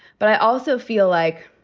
but i also feel like,